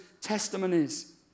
testimonies